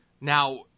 Now